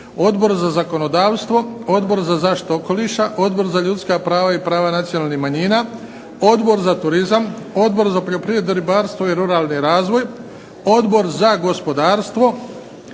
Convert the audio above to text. Odbor za zakonodavstvo, Odbor za zaštitu okoliša, Odbor za ljudska prava i prava nacionalnih manjina, Odbor za turizam, Odbor za poljoprivredu, ribarstvo i ruralni razvoj, Odbor za gospodarstvo,